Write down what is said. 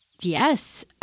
Yes